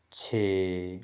ਛੇ